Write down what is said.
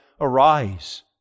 arise